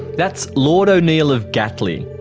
that's lord o'neill of gatley.